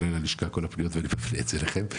אליי כל הפניות ואני מפנה את זה אליכם.